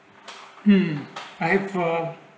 mm i pro